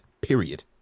period